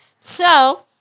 So-